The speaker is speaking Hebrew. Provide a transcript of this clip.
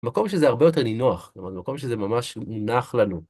מקום שזה הרבה יותר נינוח, זאת אומרת, מקום שזה ממש נח לנו.